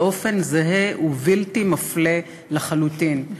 באופן זהה ובלתי מפלה לחלוטין,